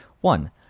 One